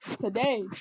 Today